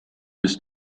ist